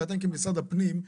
ואתם כמשרד הפנים,